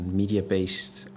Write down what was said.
media-based